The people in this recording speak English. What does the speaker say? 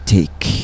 Take